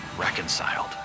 reconciled